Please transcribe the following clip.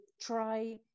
try